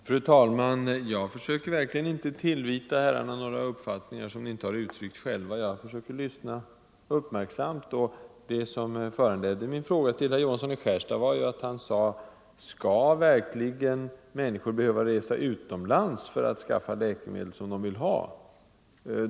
Fru talman! Jag vill verkligen inte tillvita herrarna några uppfattningar som ni inte har uttryckt själva, utan jag försöker lyssna uppmärksamt. Det som föranledde min fråga till Johansson i Skärstad var att han - Nr 132 undrade om människor verkligen skall behöva resa utomlands för att Måndagen den skaffa läkemedel som de vill ha.